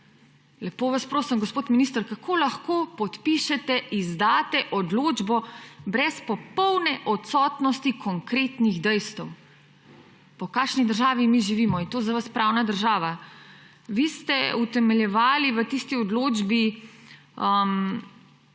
Lepo vas prosim, gospod minister, kako lahko podpišete, izdate odločbo brez popolne odsotnosti konkretnih dejstev? Pa v kakšni državi mi živimo, a je to za vas pravna država!? Vi ste utemeljevali v tisti odločbi,